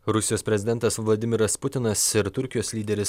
rusijos prezidentas vladimiras putinas ir turkijos lyderis